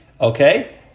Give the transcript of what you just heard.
okay